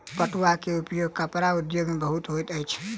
पटुआ के उपयोग कपड़ा उद्योग में बहुत होइत अछि